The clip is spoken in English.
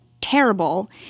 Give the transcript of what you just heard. terrible